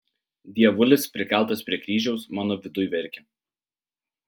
dievulis prikaltas prie kryžiaus mano viduj verkia